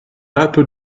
lato